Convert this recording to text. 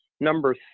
Number